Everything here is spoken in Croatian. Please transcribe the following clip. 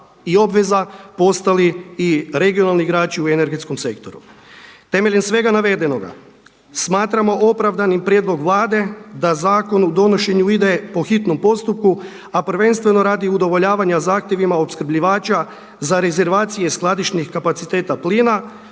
i obveza postali i regionalni igrači u energetskom sektoru. Temeljem svega navedenoga, smatramo opravdanim prijedlog Vlade da zakon u donošenju ide po hitnom postupku, a prvenstveno radi udovoljavanja zahtjevima opskrbljivača za rezervacije skladišnih kapaciteta plina